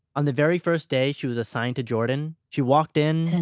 on the very first day she was assigned to jordan, she walked in,